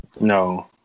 No